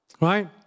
Right